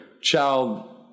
child